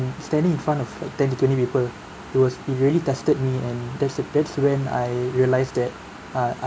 and standing in front of like ten to twenty people it was it really tested me and that's it that's when I realise that uh I